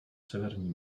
severní